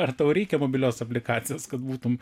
ar tau reikia mobilios aplikacijos kad būtum